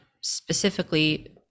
specifically